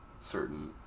certain